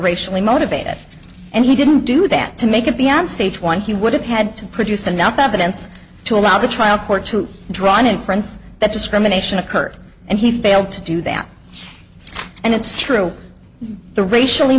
racially motivated and he didn't do that to make it beyond stage one he would have had to produce enough evidence to allow the trial court to draw an inference that discrimination occurred and he failed to do that and it's true the racially